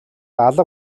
алга